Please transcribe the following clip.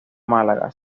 málaga